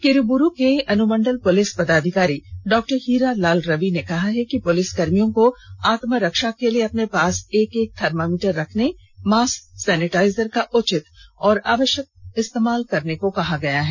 किरीबुरु के अनुमंडल पुलिस पदाधिकारी डॉ हीरालाल रवि ने कहा है कि पुलिस कर्मियों को आत्मरक्षा के लिए अपने पास एक एक थर्मामीटर रखने एवं मास्क सैनिटाइजर का उचित एवं आवश्यक इस्तेमाल करने को कहा गया है